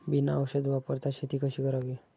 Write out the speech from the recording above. बिना औषध वापरता शेती कशी करावी?